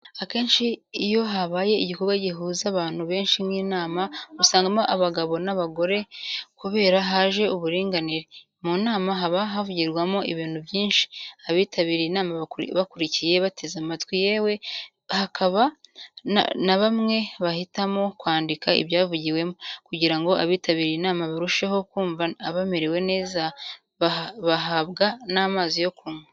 Akenshi iyo habaye igikorwa gihuza abantu benshi nk'inama, usangamo abagabo n'abagore kubera haje uburinganire. Munama haba havugirwamo ibintu byinshi, abitabiriye inama bakurikiye, bateze amatwi yewe hakaba nabamwe bahitamo kwandika ibyavugiwemo. kugirango abitabiriye inama barusheho kunva bamerewe neza, bahabwa n'amazi yo kunywa.